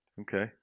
Okay